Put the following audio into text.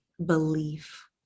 belief